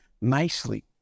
nicely